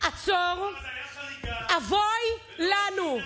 היה חריגה אבוי לנו.